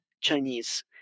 Chinese